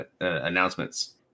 announcements